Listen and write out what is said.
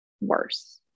worse